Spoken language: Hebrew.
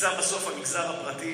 נמצא בסוף המגזר הפרטי,